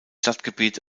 stadtgebiet